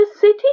city